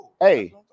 Hey